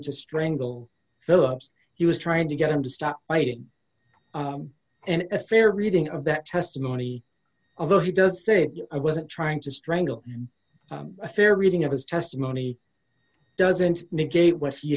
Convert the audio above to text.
to strangle phillips he was trying to get him to stop fighting and a fair reading of that testimony of the he does say i wasn't trying to strangle a fair reading of his testimony doesn't negate what you